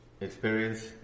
Experience